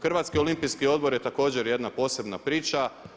Hrvatski olimpijski odbor je također jedna posebna priča.